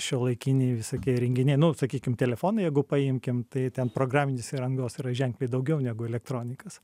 šiuolaikiniai visokie renginiai nu sakykim telefonai jeigu paimkim tai ten programinės įrangos yra ženkliai daugiau negu elektronikos